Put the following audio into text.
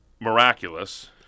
miraculous